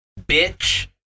Bitch